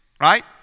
right